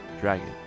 dragon